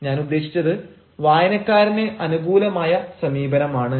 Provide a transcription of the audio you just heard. ഞാൻ ഉദ്ദേശിച്ചത് വായനക്കാരന് അനുകൂലമായ സമീപനമാണ്